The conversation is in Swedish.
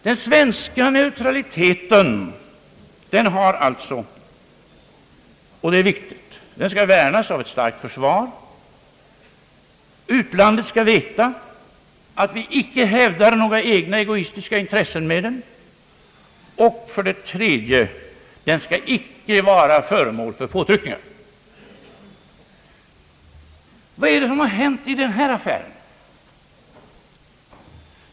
Den svenska neutraliteten är ett faktum. Den skall värnas med ett starkt försvar. Utlandet skall veta att vi icke hävdar några egna egoistiska intressen med vår neutralitet. Den skall icke vara föremål för påtryckningar. Vad är det som har hänt i den här affären?